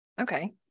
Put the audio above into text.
Okay